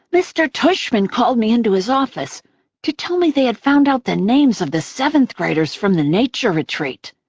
mr. tushman called me into his office to tell me they had found out the names of the seventh graders from the nature retreat.